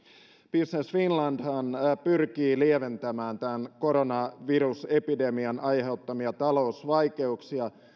business finlandhan pyrkii lieventämään tämän koronavirusepidemian aiheuttamia talousvaikeuksia